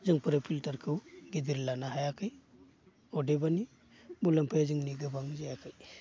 जोंफोर फिल्टारखौ गिदिर लानो हायाखै अदेबानि मुलाम्फाया जोंनि गोबां जायाखै